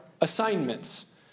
assignments